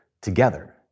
together